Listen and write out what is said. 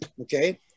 okay